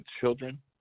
children